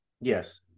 Yes